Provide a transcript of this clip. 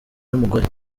n’umugore